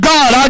God